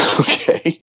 Okay